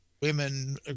women